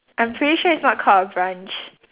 I'm pretty sure it's not called a branch